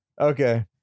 Okay